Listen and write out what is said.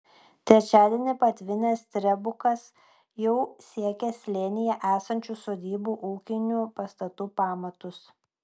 trečiadienį patvinęs strebukas jau siekė slėnyje esančių sodybų ūkinių pastatų pamatus